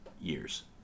years